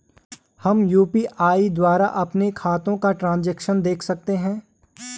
हम यु.पी.आई द्वारा अपने खातों का ट्रैन्ज़ैक्शन देख सकते हैं?